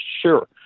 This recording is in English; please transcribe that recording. sure